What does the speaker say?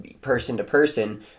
person-to-person